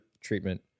treatment